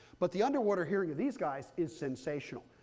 but the underwater hearing of these guys is sensational.